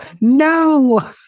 no